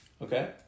Okay